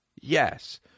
Yes